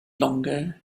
longer